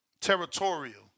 territorial